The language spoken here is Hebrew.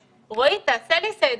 רועי, תעשה לי סדר